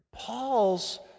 Paul's